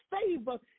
favor